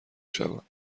شوم